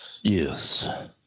Yes